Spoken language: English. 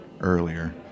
earlier